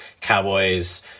Cowboys